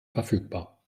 verfügbar